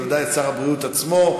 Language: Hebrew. בוודאי את שר הבריאות עצמו,